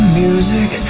music